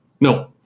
No